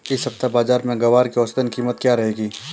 इस सप्ताह बाज़ार में ग्वार की औसतन कीमत क्या रहेगी?